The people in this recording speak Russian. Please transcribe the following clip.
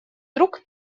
друг